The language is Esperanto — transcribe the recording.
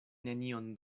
nenion